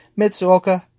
Mitsuoka